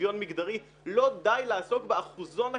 ולשוויון מיגדרי,